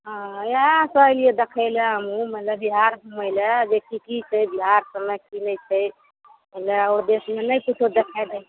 हँ इहए सऽ एलियै देखै लए घुमै लए बिहार घुमै लए जे की की छै बिहार सबमे की नहि छै आओर देशमे नहि किछो देखा देब